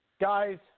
Guys